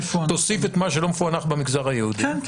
תוסיף את מה שלא מפוענח במגזר היהודי --- כן,